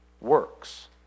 works